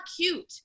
cute